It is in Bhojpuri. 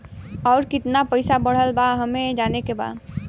और कितना पैसा बढ़ल बा हमे जाने के बा?